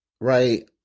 right